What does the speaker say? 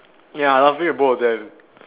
ya laughing at both of them